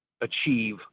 achieve